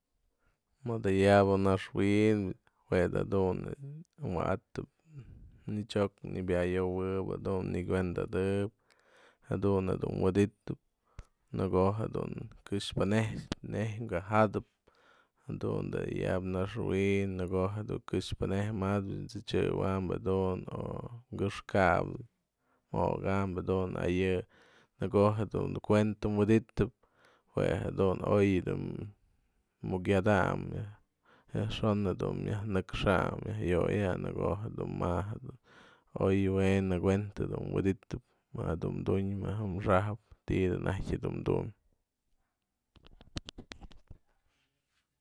Mëdayaba naxwi'in juedatun wa'atap nëchok nëbya ayowëp nëkuenda'adëp jadun jë dun wi'iditëp në ko'o jadun këxpanëyjpë neij ka'a jata'ap jadun dayaba naxwi'in në ko'o jadun këxpanëyjpë mjata'ap t'sedyëbam jedun o këxka'ap, moka'am jedun, a yë në ko'o jadun kuenta wi'iditëp jue jedun o'oy dun mjugyadanyë yajxo'on dun myajnëkxänyë myaj yo'oyanë në ko'o jadun ma du oywe'en në kuentë dun wi'iditëp ma jedun dun ma jedun xa'ajën ti'i najyë dun du'mpë.